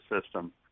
system